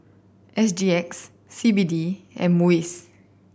S G X C B D and MUIS